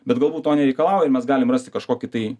bet galbūt to nereikalauja ir mes galim rasti kažkokį tai